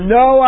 no